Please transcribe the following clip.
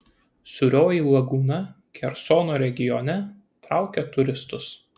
sūrioji lagūna kersono regione traukia turistus